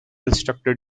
instructor